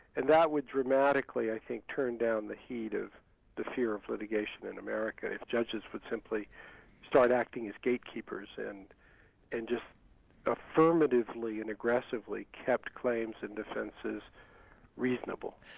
and that would dramatically i think turn down the heat of the fear of litigation in america, if judges would simply start acting as gatekeepers, and just affirmatively and aggressively kept claims and defences reasonable.